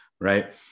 right